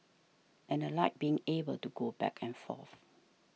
and I like being able to go back and forth